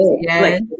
yes